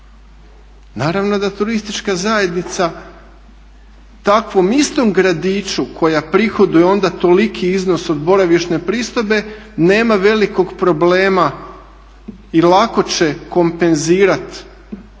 Naravno da turistička zajednica takvom istom gradiću koja prihoduje onda toliki iznos od boravišne pristojbe nema velikog problema i lako će kompenzirati